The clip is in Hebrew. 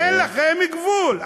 אין לכם גבול.